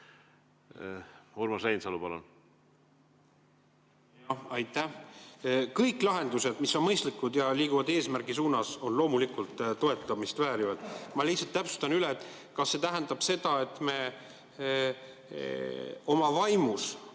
Urmas Reinsalu, palun!